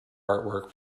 artwork